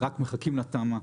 שרק מחכים לתמ"א.